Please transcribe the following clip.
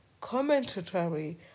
commentary